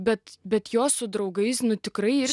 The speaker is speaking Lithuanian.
bet bet jo su draugais nu tikrai ir